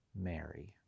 Mary